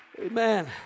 Amen